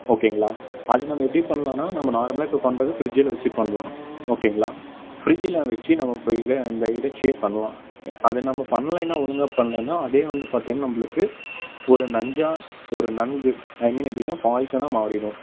ஓகேங்களா அதை நம்ம எப்படி பண்ணலான்னா நம்ம நார்மலாக இப்போ பண்ணுறது ஃப்ரிட்ஜில் வச்சு பண்ணலாம் ஓகேங்களா ஃப்ரிட்ஜில் வச்சு நம்ம இப்போ இதை இந்த இறைச்சியை பண்ணலாம் அதை நம்ம பண்ணலைன்னா ஒழுங்காக பண்ணலைன்னா அதே வந்து பார்த்தீங்கன்னா நம்பளுக்கு ஒரு நஞ்சாக ஒரு நன்கு ஐ மீன் எப்படினா பாய்சனாக மாறிரும்